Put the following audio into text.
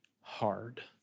hard